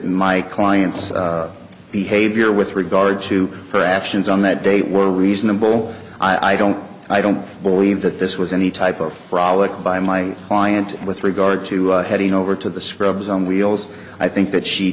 my clients behavior with regard to her actions on that day were reasonable i don't i don't believe that this was any type of frolic by my client with regard to heading over to the scrubs on wheels i think that she